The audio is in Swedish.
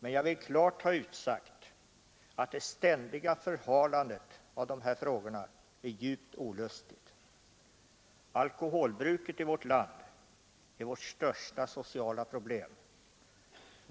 Men jag vill klart ha sagt ifrån att det ständiga förhalandet av dessa frågor är djupt olustigt. Alkoholbruket i vårt land är vårt största sociala problem.